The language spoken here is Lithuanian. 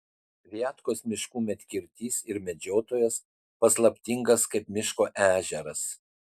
viatkos miškų medkirtys ir medžiotojas paslaptingas kaip miško ežeras